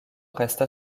reste